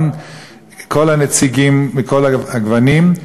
גם כל הנציגים מכל הגוונים,